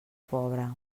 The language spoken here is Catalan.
pobre